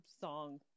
song